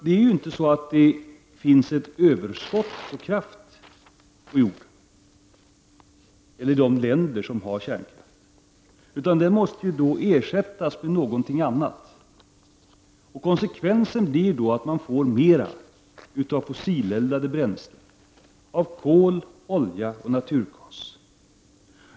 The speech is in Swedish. Det finns inte något överskott på kraft i de länder som har kärnkraft, utan den måste ersättas med någonting annat. Konsekvensen blir då att man får mera av fossileldade bränslen, av kol, olja och naturgas.